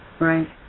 Right